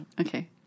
Okay